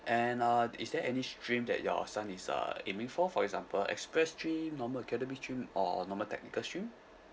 and uh is there any stream that your son is uh aiming for for example express stream normal academic stream or normal technical stream